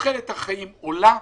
תוחלת החיים עולה.